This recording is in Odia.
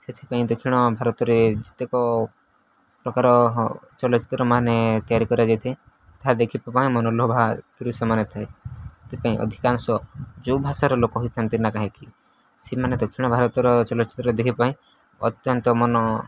ସେଥିପାଇଁ ଦକ୍ଷିଣ ଭାରତରେ ଯେତେକ ପ୍ରକାର ଚଳଚ୍ଚିତ୍ର ମାନେ ତିଆରି କରାଯାଇଥାଏ ତାହା ଦେଖିବା ପାଇଁ ମନୋଲୋଭା ଦୃଶ୍ୟମାନ ଥାଏ ସେଥିପାଇଁ ଅଧିକାଂଶ ଯୋଉ ଭାଷାର ଲୋକ ହୋଇଥାନ୍ତୁ ନା କାହିଁକି ସେମାନେ ଦକ୍ଷିଣ ଭାରତର ଚଳଚ୍ଚିତ୍ର ଦେଖିବା ପାଇଁ ଅତ୍ୟନ୍ତ ମନ